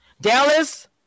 Dallas